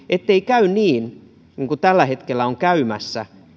ettei käy niin niin kuin tällä hetkellä on käymässä